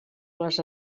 les